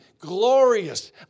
glorious